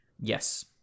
yes